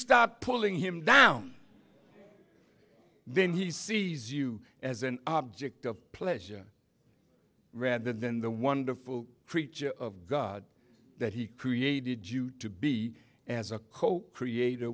stop pulling him down then he sees you as an object of pleasure rather than the wonderful creature of god that he created you to be as a co creat